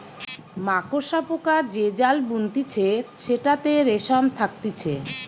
মাকড়সা পোকা যে জাল বুনতিছে সেটাতে রেশম থাকতিছে